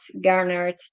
garnered